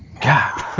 God